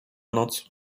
noc